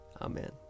Amen